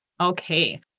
Okay